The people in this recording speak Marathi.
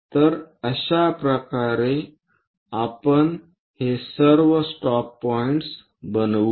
तर अशा प्रकारे आपण हे सर्व स्टॉप पॉईंटस बनवू